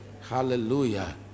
Hallelujah